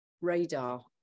radar